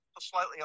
slightly